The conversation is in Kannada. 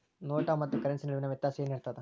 ನೋಟ ಮತ್ತ ಕರೆನ್ಸಿ ನಡುವಿನ ವ್ಯತ್ಯಾಸ ಏನಿರ್ತದ?